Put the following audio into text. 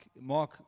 Mark